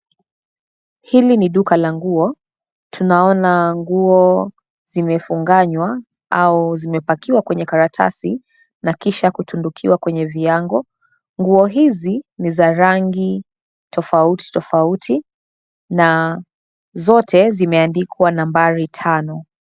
Hili ni duka la nguo, tunaona nguo zimefunganywa au zimepakiwa kwenye karatasi na kisha kutundukiwa kwenye viango . Nguo hizi ni za rangi tofauti tofauti na zote zimeandikwa nambari tano.